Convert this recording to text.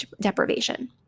deprivation